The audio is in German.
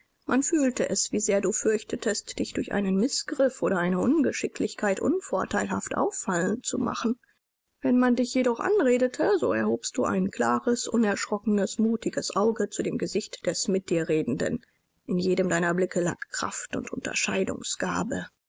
man fühlte es wie sehr du fürchtetest dich durch einen mißgriff oder eine ungeschicklichkeit unvorteilhaft auffallend zu machen wenn man dich jedoch anredete so erhobst du ein klares unerschrockenes mutiges auge zu dem gesicht des mit dir redenden in jedem deiner blicke lag kraft und